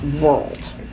world